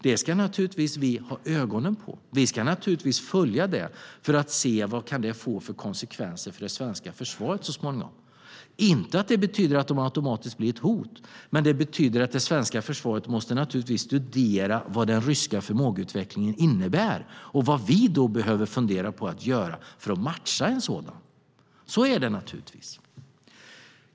Det ska vi naturligtvis ha ögonen på. Vi ska naturligtvis följa utvecklingen för att se vilka konsekvenser det så småningom kan få för svenska försvaret. Det betyder inte att Ryssland automatiskt blir ett hot, men det betyder att det svenska försvaret naturligtvis måste studera vad den ryska förmågeutvecklingen innebär och vad vi behöver för att matcha en sådan. Så är det naturligtvis.